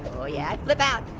oh yeah, i flip out.